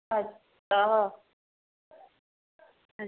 अच्छा